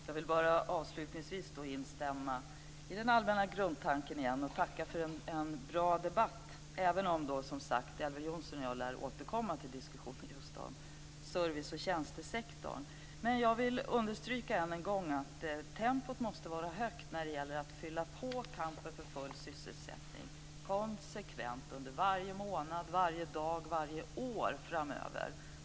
Fru talman! Jag vill bara avslutningsvis återigen instämma i den allmänna grundtanken och tacka för en bra debatt, även om Elver Jonsson och jag lär återkomma till diskussionen just om service och tjänstesektorn. Men jag vill än en gång understryka att tempot måste vara högt när det gäller att fylla på kampen för full sysselsättning konsekvent under varje månad, varje dag och varje år framöver.